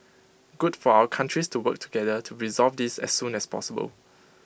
good for our countries to work together to resolve this as soon as possible